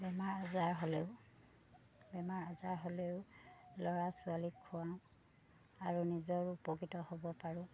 বেমাৰ আজাৰ হ'লেও বেমাৰ আজাৰ হ'লেও ল'ৰা ছোৱালীক খুৱাওঁ আৰু নিজৰ উপকৃত হ'ব পাৰোঁ